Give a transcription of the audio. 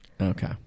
Okay